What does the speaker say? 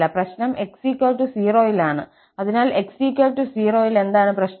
പ്രശ്നം x 0 ൽ ആണ് അതിനാൽ x 0 ൽ എന്താണ് പ്രശ്നം